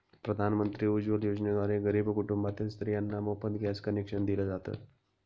प्रधानमंत्री उज्वला योजनेद्वारे गरीब कुटुंबातील स्त्रियांना मोफत गॅस कनेक्शन दिल जात